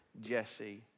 Jesse